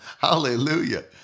Hallelujah